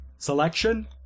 Selection